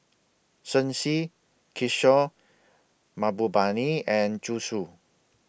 Shen Xi Kishore Mahbubani and Zhu Xu